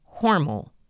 Hormel